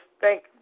thank